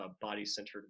body-centered